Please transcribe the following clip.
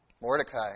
Mordecai